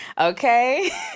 Okay